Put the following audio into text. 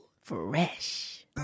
Fresh